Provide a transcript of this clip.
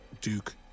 Duke